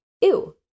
ew